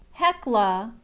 hecla,